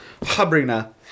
Habrina